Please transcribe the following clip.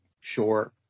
Sure